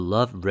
Love